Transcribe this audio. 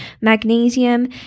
magnesium